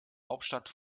hauptstadt